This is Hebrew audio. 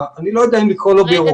אני לא יודע אם לקרוא לו בירוקרטי,